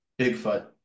Bigfoot